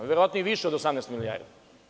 Verovatno i više od 18 milijardi.